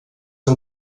que